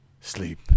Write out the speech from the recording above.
sleep